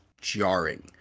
jarring